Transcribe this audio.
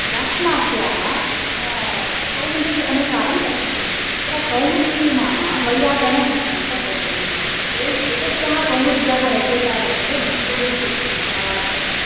दाक्षिणात्याः कौमुदी अनुसारं पठन्ति तत्र कौमुदी नाम वैयाकरणसिद्धान्तकौमुदी एषा एतस्याः कौमुद्याः रचयिता वर्तते भट्टोजिदीक्षितः इति